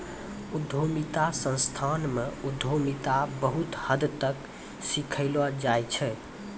उद्यमिता संस्थान म उद्यमिता बहुत हद तक सिखैलो जाय छै